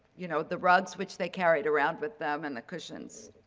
you know, the rugs which they carried around with them and the cushions.